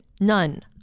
None